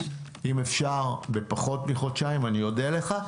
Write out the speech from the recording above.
אם אפשר בפחות מחודשיים, אני אודה לך.